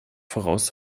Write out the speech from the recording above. voraus